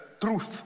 truth